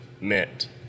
mint